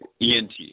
ENT